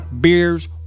beers